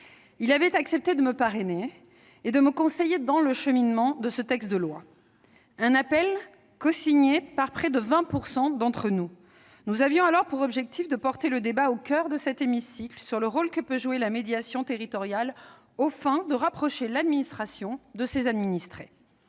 avait accepté de me parrainer et de me conseiller dans le cheminement de ce texte de loi, un appel cosigné par près de 20 % d'entre nous. Nous avions alors pour objectif de porter au coeur de cet hémicycle le débat sur le rôle que peut jouer la médiation territoriale, aux fins de rapprocher l'administration de ses administrés.